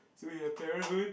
so we have parenthood